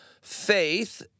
faith